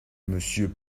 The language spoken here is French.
monsieur